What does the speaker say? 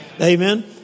Amen